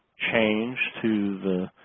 change to the